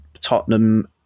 Tottenham